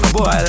Boy